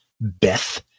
Beth